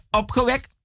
opgewekt